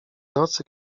nocy